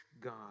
God